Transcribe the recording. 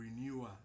renewer